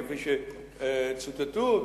כפי שצוטטו,